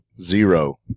Zero